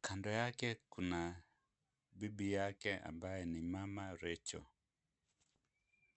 Kando yake kuna bibi yake ambaye ni Mama Rachel.